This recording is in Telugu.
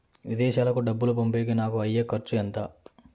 విదేశాలకు డబ్బులు పంపేకి నాకు అయ్యే ఖర్చు ఎంత?